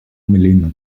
melenañ